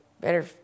better